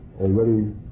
already